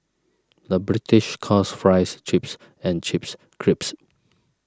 the British calls Fries Chips and Chips Crisps